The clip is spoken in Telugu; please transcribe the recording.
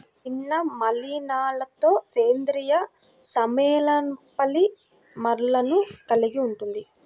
చిన్న మలినాలతోసేంద్రీయ సమ్మేళనంపాలిమర్లను కలిగి ఉంటుంది